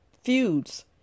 feuds